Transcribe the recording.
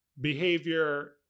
behavior